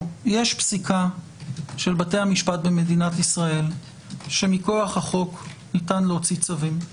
יש פסיקה של בתי המשפט במדינת ישראל שמכוח החוק ניתן להוציא צווים.